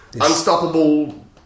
Unstoppable